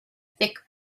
thick